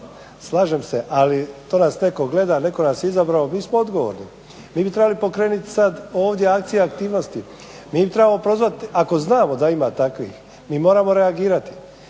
Slažem se, ali to nas netko gleda, netko nas je izabrao, mi smo odgovorni. Mi bi trebali pokrenuti sad ovdje akciju aktivnosti, mi bi trebali prozvati ako znamo da ima takvih mi moramo reagirati.